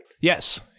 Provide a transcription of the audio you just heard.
Yes